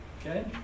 Okay